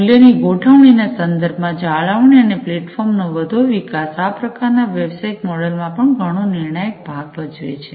મૂલ્ય ની ગોઠવણી ના સંદર્ભ માં જાળવણી અને પ્લેટફોર્મ નો વધુ વિકાસ આ પ્રકાર ના વ્યવસાયિક મોડેલ માં ઘણો નિર્ણાયક ભાગ ભજવે છે